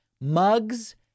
mugs